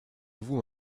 vous